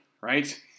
right